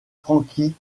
frankie